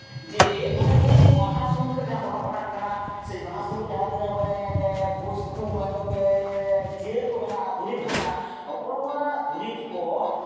ᱡᱮ ᱚᱱᱮ ᱡᱮ ᱢᱟᱦᱟᱥᱩᱱ ᱨᱮ ᱡᱟᱦᱟᱸ ᱜᱷᱚᱴᱚᱱᱟ ᱜᱷᱚᱴᱟᱜ ᱠᱟᱱᱟ ᱥᱮ ᱢᱟᱦᱟᱥᱩᱱ ᱨᱮ ᱡᱟᱦᱟᱸ ᱛᱤᱱᱟᱹᱜ ᱢᱟᱱᱮ ᱵᱚᱥᱛᱩ ᱢᱮᱱᱫᱚᱯᱮ ᱡᱟᱹᱲ ᱠᱚ ᱢᱮᱱᱟᱜᱼᱟ ᱫᱩᱨᱤᱵ ᱠᱚ ᱢᱮᱱᱟᱜᱼᱟ ᱱᱚᱜᱼᱚ ᱱᱚᱣᱟ ᱫᱩᱨᱤᱵ ᱠᱚ